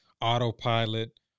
autopilot